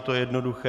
Je to jednoduché.